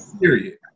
Period